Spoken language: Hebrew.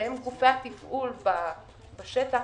שהן גורמי התפעול בשטח,